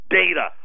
data